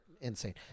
insane